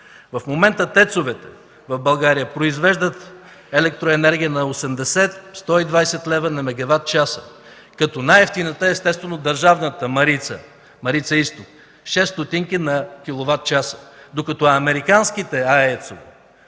В момента тецовете в България произвеждат електроенергия на 80-120 лв. на мегаватчас, като най-евтината естествено е държавната „Марица изток” – 6 стотинки на киловатчас, докато американските тецове